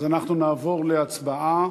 אז אנחנו נעבור להצבעה,